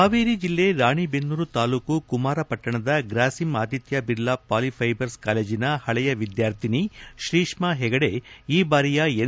ಹಾವೇರಿ ಜಿಲ್ಲೆ ರಾಣೆಬೆನ್ನೂರು ತಾಲೂಕು ಕುಮಾರಪಟ್ಟಣದ ಗ್ರಾಸಿಂ ಆದಿತ್ಯ ಬಿರ್ಲಾ ಪಾಲಿಫೈಬರ್ಸ್ ಕಾಲೇಜಿನ ಹಳೆಯ ವಿದ್ಯಾರ್ಥಿನಿ ಶ್ರೀಷ್ಮಾ ಹೆಗಡೆ ಈ ಬಾರಿಯ ಎನ್